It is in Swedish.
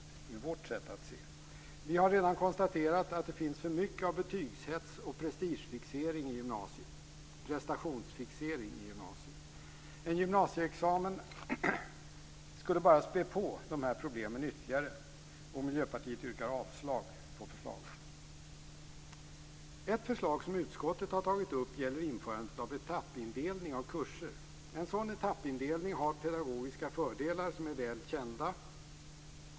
Vi har redan konstaterat att det finns för mycket av betygshets och prestationsfixering i gymnasiet, och en gymnasieexamen skulle bara spä på problemen ytterligare. Miljöpartiet yrkar avslag på förslaget. Ett förslag som utskottet har tagit upp gäller införandet av etappindelning av kurser. En sådan etappindelning har pedagogiska fördelar som är väl kända.